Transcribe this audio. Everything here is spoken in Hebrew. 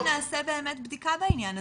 מציעה שנעשה באמת בדיקה בעניין הזה,